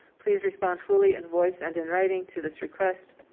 please respond fully in voice and in writing to this request,